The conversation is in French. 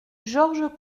georges